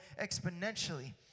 exponentially